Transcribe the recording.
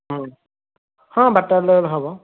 ହଁ ହଁ ବାରଟା ବେଳେ ଆଇଲେ ହେବ